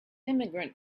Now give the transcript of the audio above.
immigrant